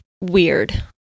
weird